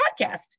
podcast